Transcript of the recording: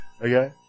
Okay